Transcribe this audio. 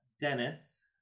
Dennis